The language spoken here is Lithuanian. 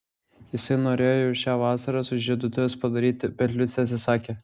jisai norėjo jau šią vasarą sužieduotuves padaryti bet liucė atsisakė